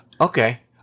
Okay